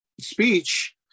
speech